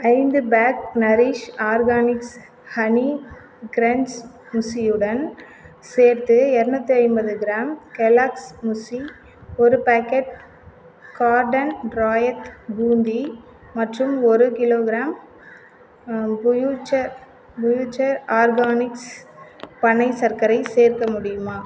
ஐந்து pack Nourish Organics honey crunch முஸ்லியுடன் சேர்த்து எரநூத்தி ஐம்பது க்ராம் கெலாக்ஸ் முஸ்லி ஒரு பேக்கெட் கார்டன் ராயத் பூந்தி மற்றும் ஒரு கிலோக்ராம் ஃபுயூச்சர் ஃபுயூச்சர் ஆர்கானிக்ஸ் பனைச் சர்க்கரை சேர்க்க முடியுமா